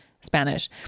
Spanish